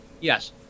Yes